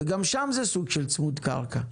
וגם שם זה סוג של צמוד קרקע.